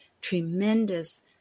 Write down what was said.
tremendous